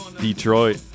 Detroit